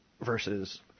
versus